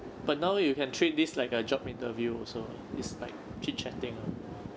but now you can treat this like a job interview also is like chit chatting ah